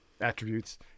attributes